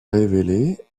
révélée